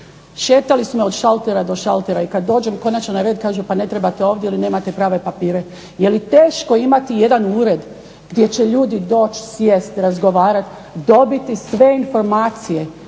Šetali su me od šaltera do šaltera i kada dođemo konačno na red kažu pa ne trebate ovdje jer nemate prave papire. Je li teško imati jedan ured u koji će ljudi doći sjesti, razgovarati, dobiti sve informacije